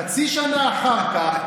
חצי שנה אחר כך,